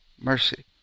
mercy